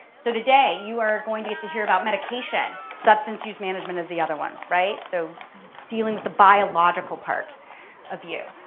so today you are going to get to hear about medication. substance use management is the other one. right, so dealing with the biological part of you.